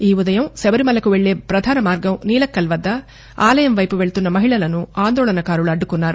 ఈ ఉదయం శబరిమలకు వెళ్లే పధానమార్గం నీలక్కల్ వద్ద ఆలయం వైపు వెళ్తున్న మహిళలను ఆందోళనకారులు అడ్డుకున్నారు